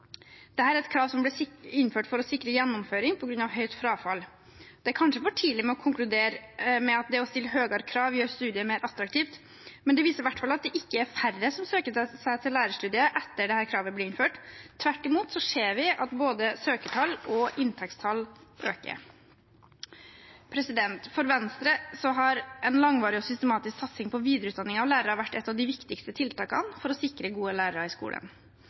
er et krav som ble innført for å sikre gjennomføring på grunn av høyt frafall. Det er kanskje for tidlig å konkludere med at det å stille høyere krav gjør studiet mer attraktivt, men det viser i hvert fall at det ikke er færre som søker seg til lærerstudiet etter at dette kravet ble innført. Tvert imot ser vi at både søkertall og inntakstall øker. For Venstre har en langvarig og systematisk satsing på videreutdanning av lærere vært et av de viktigste tiltakene for å sikre gode lærere i skolen.